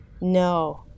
no